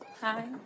Hi